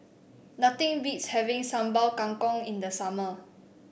nothing beats having Sambal Kangkong in the summer